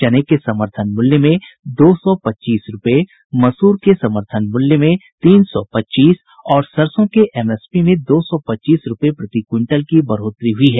चने के समर्थन मूल्य में दो सौ पच्चीस रूपये मसूर के समर्थन मूल्य में तीन सौ पच्चीस और सरसों के एमएसपी में दो सौ पच्चीस रूपये की बढ़ोतरी हुयी है